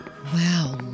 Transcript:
Wow